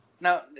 Now